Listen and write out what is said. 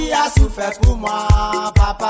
Papa